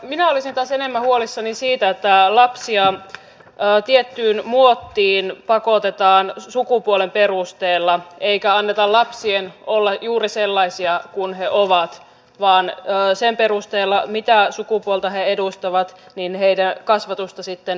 minä olisin taas enemmän huolissani siitä että lapsia tiettyyn muottiin pakotetaan sukupuolen perusteella eikä anneta lapsien olla juuri sellaisia kuin he ovat vaan sen perusteella mitä sukupuolta he edustavat heidän kasvatustaan sitten ohjaillaan